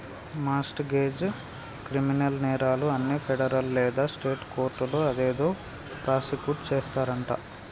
mart గెజ్, criminal నేరాలు అన్ని federal లేదా స్టేట్ కోర్టులో అదేదో ప్రాసుకుట్ చేస్తారంటి